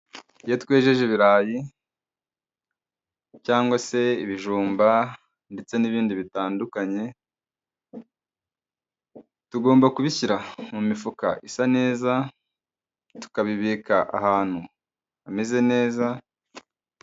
Iyo twejeje ibirayi cyangwa se ibijumba ndetse n'ibindi bitandukanye, tugomba kubishyira mu mifuka isa neza, tukabibika ahantu hameze neza.